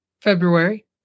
February